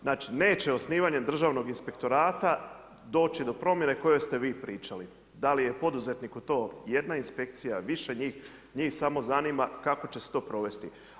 Znači neće osnivanje Državnog inspektorata doći do promjene o kojoj ste vi pričali, da li je poduzetniku jedna inspekcija, više njih, njih samo zanima kako će se to provesti.